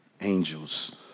angels